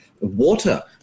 Water